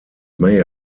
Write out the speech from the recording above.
may